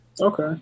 Okay